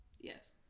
yes